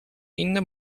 inny